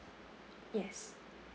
yes